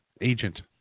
agent